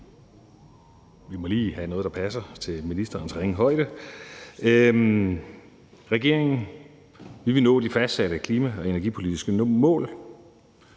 tilpasset, så den passer til ministerens ringe højde. Regeringen vil nå de fastsatte klima- og energipolitiske mål.